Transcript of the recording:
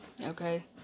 Okay